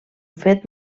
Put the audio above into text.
fet